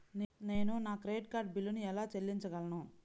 నేను నా credit card బిల్లును ఎలా చెల్లించగలను?